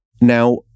now